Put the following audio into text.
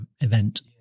event